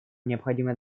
необходимо